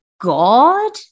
God